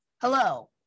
Hello